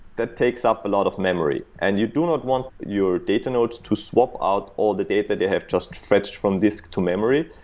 that takes up a lot of memory. and you do not want your data nodes to swap out all the data they have just fetched from disc to memory,